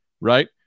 right